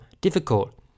difficult